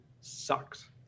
sucks